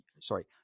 sorry